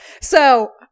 So-